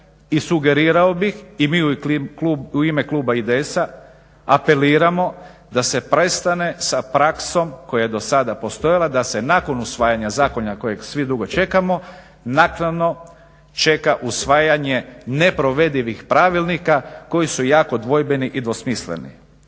i sugerirao bih i mi u ime kluba IDS-a apeliramo da se prestane sa praksom koja je do sada postojala da se nakon usvajanja zakona kojeg svi dugo čekamo naknadno čeka usvajanje neprovedivih pravilnika koji su jako dvojbeni i nedvosmisleno.